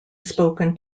spoken